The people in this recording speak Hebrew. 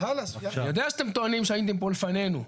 אני יודע שאתם טוענים שהייתם פה לפנינו.